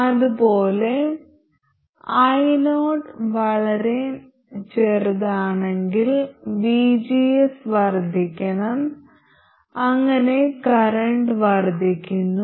അതുപോലെ io വളരെ ചെറുതാണെങ്കിൽ vgs വർദ്ധിക്കണം അങ്ങനെ കറന്റ് വർദ്ധിക്കുന്നു